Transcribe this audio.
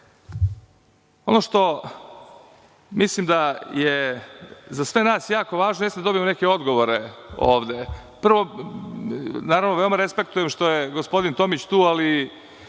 što mislim da je za sve nas jako važno, jeste da dobijemo neke odgovore ovde. Naravno, veoma respektujem što je gospodin Tomić tu, ali